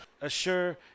assure